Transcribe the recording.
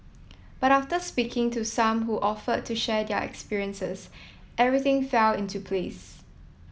but after speaking to some who offered to share their experiences everything fell into place